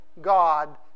God